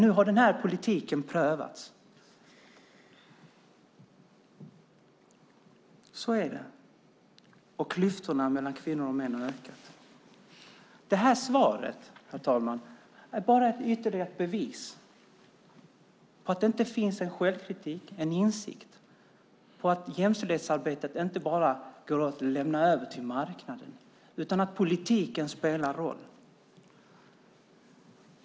Nu har den här politiken prövats, så är det, och klyftorna mellan kvinnor och män har ökat. Det här svaret, herr talman, är bara ytterligare ett bevis på att det inte finns en självkritik, en insikt, när det gäller att jämställdhetsarbetet inte bara går att lämna över till marknaden utan att politiken spelar roll.